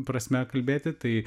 prasme kalbėti tai